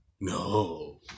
No